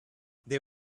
they